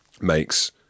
makes